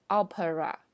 Opera